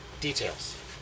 Details